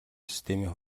системийн